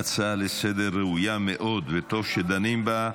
ההצעה לסדר-היום ראויה מאוד, טוב שדנים בה.